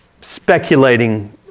speculating